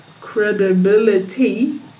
credibility